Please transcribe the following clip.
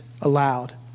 aloud